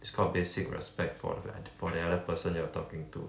it's called basic respect for the for the other person you are talking to